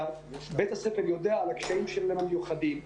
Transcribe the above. בית הספר יודע על הקשיים המיוחדים שלהם.